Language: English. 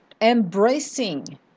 Embracing